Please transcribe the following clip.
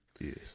Yes